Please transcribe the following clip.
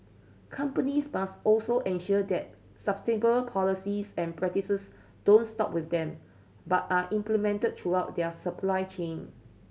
companies must also ensure that sustainable policies and practices don't stop with them but are implemented throughout their supply chain